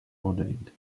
ordained